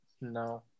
No